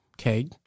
okay